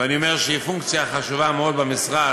ואני אומר שהיא פונקציה חשובה מאוד במשרד,